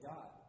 God